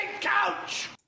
couch